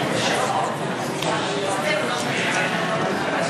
הצעת חוק הביטוח הלאומי (תיקון,